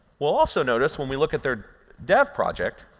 we'll also notice when we look at their dev project